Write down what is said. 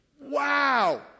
wow